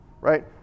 Right